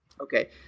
Okay